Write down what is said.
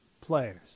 players